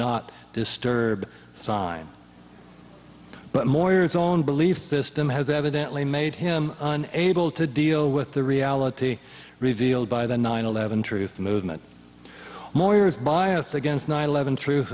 not disturb sign but more is own belief system has evidently made him unable to deal with the reality revealed by the nine eleven truth movement more is biased against nine eleven truth